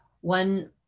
one